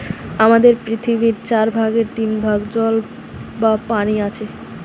আমাদের পৃথিবীর চার ভাগের তিন ভাগ জল বা পানি আছে